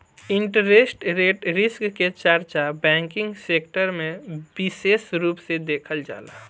interest rate risk के चर्चा banking sector में बिसेस रूप से देखल जाला